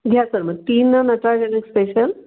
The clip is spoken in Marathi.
घ्या सर मग तीन नटराज स्पेशल